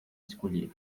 escolher